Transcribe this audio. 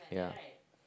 yeah